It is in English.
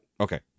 okay